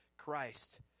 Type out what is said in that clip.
Christ